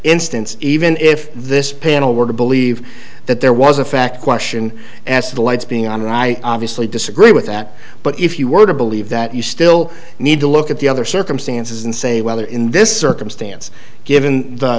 instance even if this panel were to believe that there was a fact question as to the lights being on i obviously disagree with that but if you were to believe that you still need to look at the other circumstances and say whether in this circumstance given the